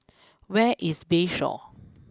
where is Bayshore